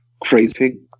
crazy